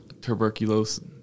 tuberculosis